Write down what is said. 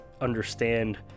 understand